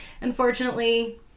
Unfortunately